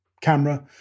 camera